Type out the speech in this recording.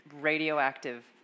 radioactive